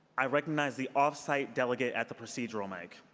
i recognize the off-site delegate at the procedural mic.